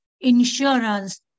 insurance